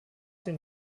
den